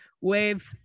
wave